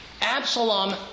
Absalom